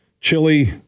chili